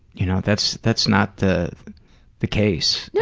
you know, that's that's not the the case. no,